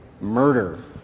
murder